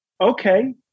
Okay